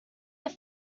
that